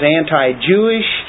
anti-Jewish